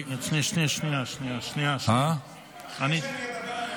אחרי שאני אדבר עליהן.